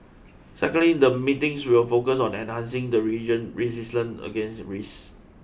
secondly the meetings will focus on enhancing the region resilience against risks